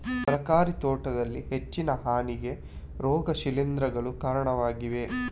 ತರಕಾರಿ ತೋಟದಲ್ಲಿ ಹೆಚ್ಚಿನ ಹಾನಿಗೆ ರೋಗ ಶಿಲೀಂಧ್ರಗಳು ಕಾರಣವಾಗಿವೆ